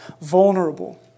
vulnerable